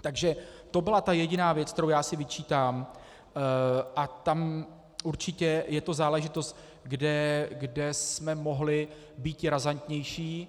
Takže to byla ta jediná věc, kterou si vyčítám, a tam určitě je to záležitost, kde jsme mohli být razantnější.